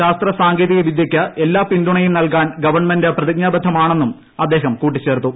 ശാസ്ത്രസാങ്കേതിക വിദ്യ്ക്ക് എല്ലാ പിന്തുണയും നൽകാൻ ഗവൺമെന്റ് പ്രതിജ്ഞാബദ്ധമാണെന്നും അദ്ദേഹം കൂട്ടിച്ചേർത്തു